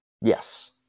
Yes